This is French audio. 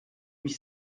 huit